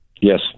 Yes